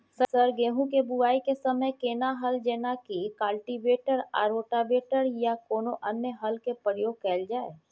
Sir गेहूं के बुआई के समय केना हल जेनाकी कल्टिवेटर आ रोटावेटर या कोनो अन्य हल के प्रयोग कैल जाए?